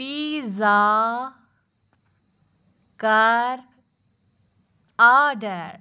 pizza کَر order